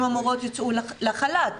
הגננות יצאו לחל"ת,